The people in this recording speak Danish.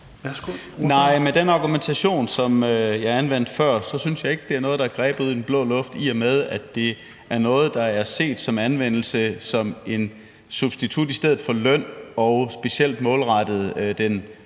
Nej, for med den argumentation, som jeg anvendte før, synes jeg ikke, det er noget, der er grebet ud af den blå luft, i og med at det er noget, der er set som anvendelse som en substitut i stedet for løn, og som er specielt målrettet